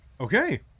Okay